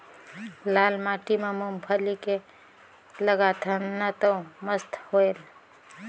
लाल माटी म मुंगफली के लगाथन न तो मस्त होयल?